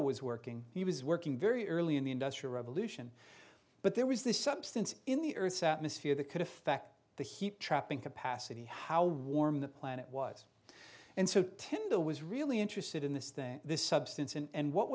tindall was working he was working very early in the industrial revolution but there was this substance in the earth's atmosphere that could affect the heat trapping capacity how warm the planet was and so tender was really interested in this thing this substance and